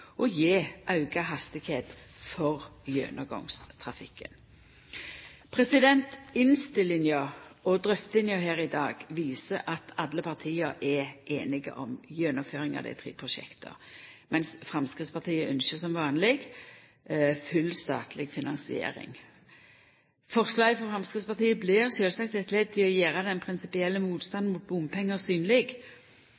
og gje auka hastigheit for gjennomgangstrafikken. Innstillinga og drøftinga her i dag viser at alle partia er einige om gjennomføringa av dei tre prosjekta, men Framstegspartiet ynskjer som vanleg full statleg finansiering. Forslaget frå Framstegspartiet er sjølvsagt eit ledd i å gjera den prinsipielle